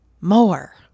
more